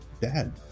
dad